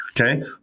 Okay